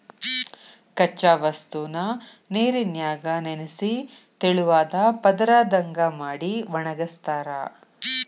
ಕಚ್ಚಾ ವಸ್ತುನ ನೇರಿನ್ಯಾಗ ನೆನಿಸಿ ತೆಳುವಾದ ಪದರದಂಗ ಮಾಡಿ ಒಣಗಸ್ತಾರ